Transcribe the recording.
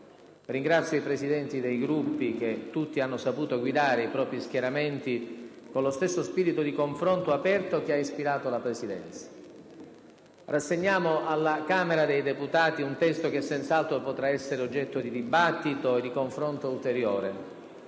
Ringrazio i Presidenti dei Gruppi che, tutti, hanno saputo guidare i propri schieramenti con lo stesso spirito di confronto aperto che ha ispirato la Presidenza. Rassegniamo alla Camera dei deputati un testo che senz'altro potrà essere oggetto di dibattito e di confronto ulteriore,